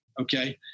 Okay